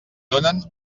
donen